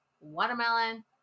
watermelon